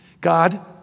God